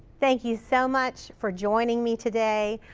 thank you so much for joining me today.